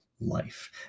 life